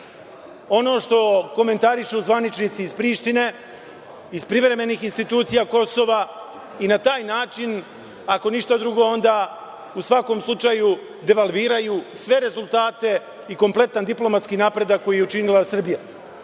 ono što komentarišu zvaničnici iz Prištine, iz privremenih institucija Kosova i na taj način, ako ništa drugo, u svakom slučaju devalviraju sve rezultate i kompletan diplomatski napredak koji je učinila